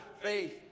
faith